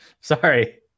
Sorry